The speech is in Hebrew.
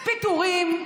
פיטורים,